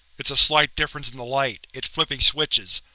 it's a slight difference in the light. it's flipping switches,